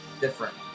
different